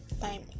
time